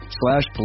slash